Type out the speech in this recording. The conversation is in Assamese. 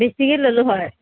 বেছিকৈ ল'লো হয়